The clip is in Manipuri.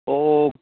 ꯑꯣ